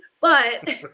But-